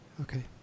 Okay